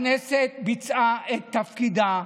הכנסת ביצעה את תפקידה,